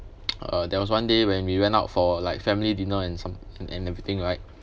uh there was one day when we went out for like family dinner in some and and everything right